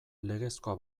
legezkoa